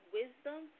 wisdom